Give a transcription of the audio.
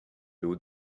d’eau